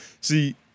See